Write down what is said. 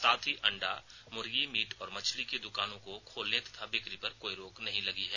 साथ ही अंडा मुर्गी मीट और मछली की दुकानों को खोलने तथा बिकी पर कोई रोक नहीं लगी है